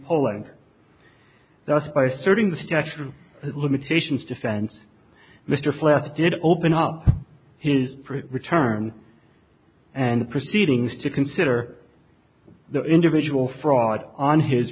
of limitations defense mr fletcher did open up his return and proceedings to consider the individual fraud on his